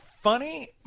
funny